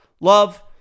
Love